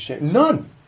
None